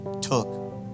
took